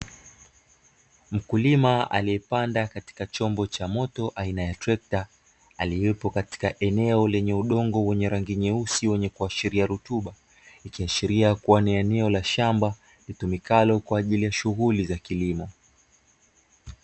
Mkulima aliyepanda katika chombo cha moto aina ya trekta aliyepo katika eneo lenye udongo wenye rangi nyeusi, wenye kuashiria rutuba. Ikiashiria kuwa ni eneo la shamba litumikalo kwa ajili ya shughuli za kilimo.